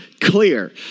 clear